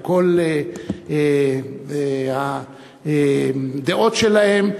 על כל הדעות שלהם.